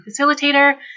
facilitator